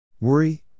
Worry